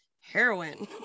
heroin